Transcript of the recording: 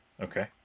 Okay